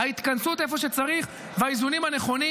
התכנסות איפה שצריך והאיזונים הנכונים.